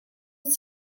het